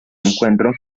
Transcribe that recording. encuentro